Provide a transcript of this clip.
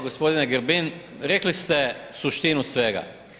G. Grbin, rekli ste suštinu svega.